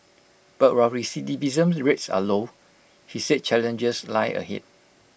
but while recidivism rates are low he said challenges lie ahead